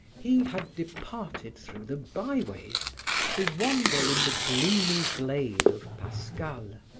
he had departed through the byways to wander in the gloomy glade of pascal,